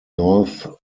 north